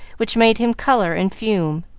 which made him color and fume,